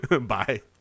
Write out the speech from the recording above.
Bye